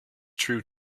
true